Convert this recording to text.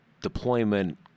deployment